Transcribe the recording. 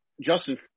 Justin